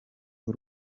b’u